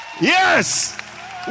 yes